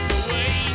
away